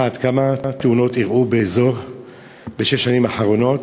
1. כמה תאונות אירעו באזור בשש השנים האחרונות?